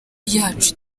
yacu